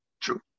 true